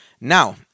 Now